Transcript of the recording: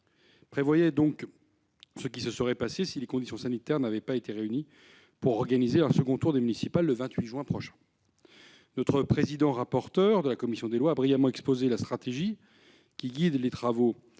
prévoyait donc ce qui se serait passé si les conditions sanitaires n'avaient pas été réunies pour organiser un second tour des municipales le 28 juin prochain. Notre président-rapporteur de la commission des lois a brillamment exposé la stratégie qui a guidé les travaux